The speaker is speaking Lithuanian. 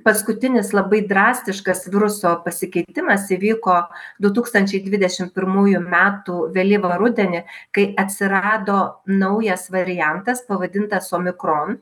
paskutinis labai drastiškas viruso pasikeitimas įvyko du tūkstančiai dvidešim pirmųjų metų vėlyvą rudenį kai atsirado naujas variantas pavadintas omikron